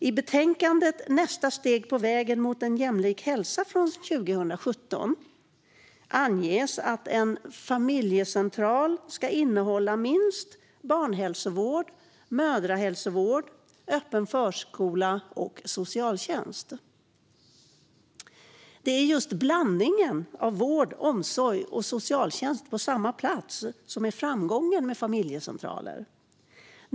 I betänkandet Nästa steg på vägen mot en mer jämlik hälsa från 2017 anges att en familjecentral ska innehålla minst barnhälsovård, mödrahälsovård, öppen förskola och socialtjänst. Det är just blandningen av vård, omsorg och socialtjänst på samma plats som är framgången med familjecentraler.